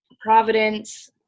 Providence